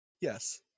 Yes